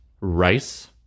rice